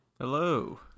Hello